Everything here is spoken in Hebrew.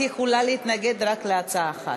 את יכולה להתנגד רק להצעה אחת,